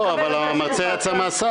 אבל המרצע יצא מהשק,